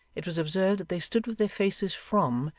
it was observed that they stood with their faces from,